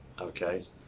Okay